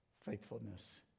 faithfulness